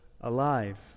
alive